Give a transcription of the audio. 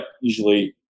usually